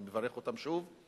ואני מברך אותם שוב.